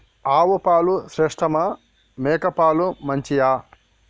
ఆవు పాలు శ్రేష్టమా మేక పాలు మంచియా?